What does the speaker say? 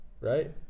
right